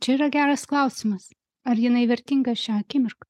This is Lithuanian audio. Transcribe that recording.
čia yra geras klausimas ar jinai vertinga šią akimirką